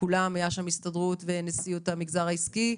היו שם מההסתדרות ומנשיאות המגזר העסקי,